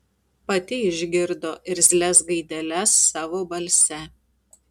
pati išgirdo irzlias gaideles savo balse